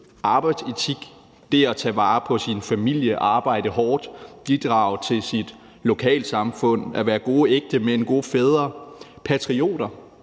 arbejdsetik, det at tage vare på sin familie, arbejde hårdt, bidrage til sit lokalsamfund, at være gode ægtemænd, gode fædre, patrioter,